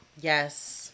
Yes